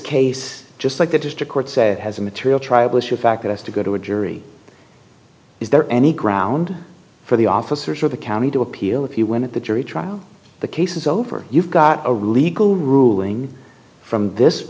case just like the district court said has a material triable issue of fact that as to go to a jury is there any ground for the officers of the county to appeal if you win at the jury trial the case is over you've got a real legal ruling from this